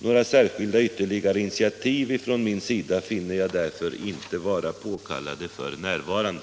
Några särskilda ytterligare initiativ från min sida finner jag därför inte vara påkallade f.n.